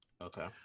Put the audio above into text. okay